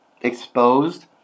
exposed